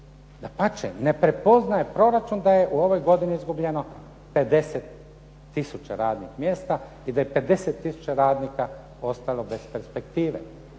Dapače, ne prepoznaje proračun da je u ovoj godini izgubljeno 50 tisuća radnih mjesta i da je 50 tisuća radnika ostalo bez perspektive.